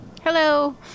Hello